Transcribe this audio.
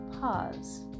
pause